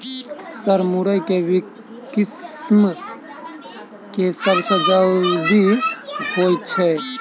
Sir मुरई केँ किसिम केँ सबसँ जल्दी होइ छै?